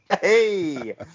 Hey